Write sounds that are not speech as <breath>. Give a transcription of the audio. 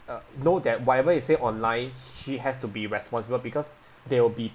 uh know that whatever you say online she has to be responsible because <breath> there will be